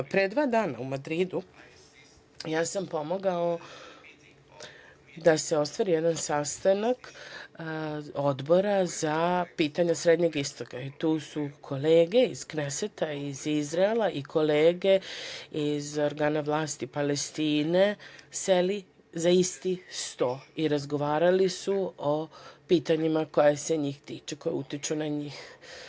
Pre dva dana u Madridu sam pomogao da se ostvari jedan sastanak Odbora za pitanja srednjeg istoga, tu su kolege iz Kneseta, iz Izraela i kolege iz organa vlasti Palestine seli za isti sto i razgovarali su o pitanjima koja se njih tiču, koja utiču na njih.